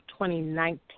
2019